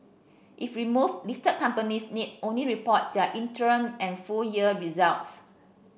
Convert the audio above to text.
if removed listed companies need only report their interim and full year results